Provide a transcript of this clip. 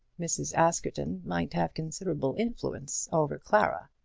mrs. askerton might have considerable influence over clara?